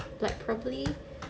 like properly